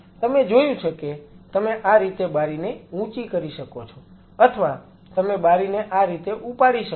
તમે જોયું છે કે તમે આ રીતે બારીને ઉંચી કરી શકો છો અથવા તમે બારીને આ રીતે ઉપાડી શકો છો